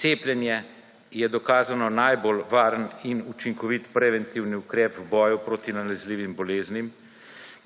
Cepljenje je dokazano najbolj varen in učinkovit preventivni ukrep v boju proti nalezljivim boleznim,